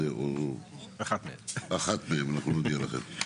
אחת מהן, אנחנו נודיע לכם.